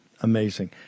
Amazing